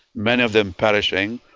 many of them perishing,